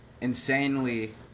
insanely